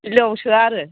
बिलोयाव सोया आरो